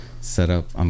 setup